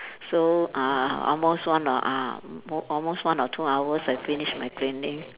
so uh almost one or uh mo~ almost one or two hours I finish my cleaning